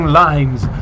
lines